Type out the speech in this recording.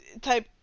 type